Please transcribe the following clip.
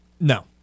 No